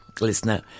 listener